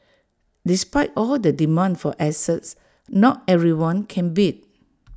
despite all the demand for assets not everyone can bid